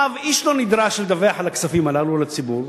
איש לא נדרש לדווח על הכספים הללו לציבור.